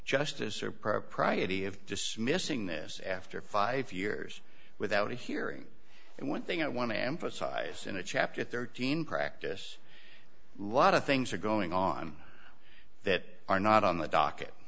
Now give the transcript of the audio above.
propriety of dismissing this after five years without a hearing and one thing i want to emphasize in a chapter thirteen practice a lot of things are going on that are not on the docket